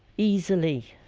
easily.